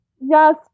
Yes